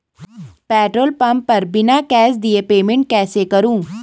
Petrol pump पर बिना cash दिए पेमेंट कैसे करूँ?